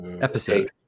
episode